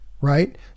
right